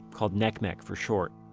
called ncmec for short.